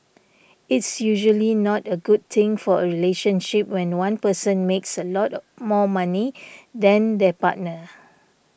it's usually not a good thing for a relationship when one person makes a lot of more money than their partner